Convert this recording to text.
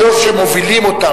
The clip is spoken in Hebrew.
שאלה שמובילים אותם,